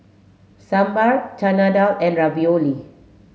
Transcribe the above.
Sambar Chana Dal and Ravioli